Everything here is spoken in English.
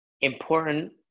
important